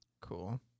Cool